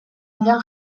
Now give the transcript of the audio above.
aldean